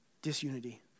disunity